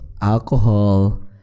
alcohol